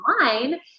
online